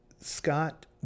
scott